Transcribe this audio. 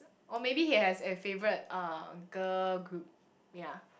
or maybe he has a favourite girl group ya